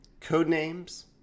Codenames